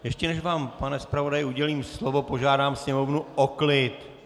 Ještě než vám, pane zpravodaji, udělím slovo, požádám sněmovnu o klid.